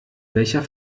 welcher